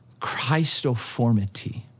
Christoformity